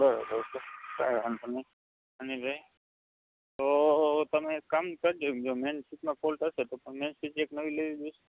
બરાબર છે કાંઇ વાંધો નહીં અનિલભાઈ તો તમે એક કામ કરજો જો મેઇન સ્વીચનો ફોલ્ટ હશે તો તો મેઇન સ્વીચ એક નવી લેવી પડશે